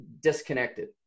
disconnected